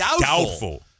Doubtful